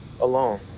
alone